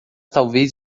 talvez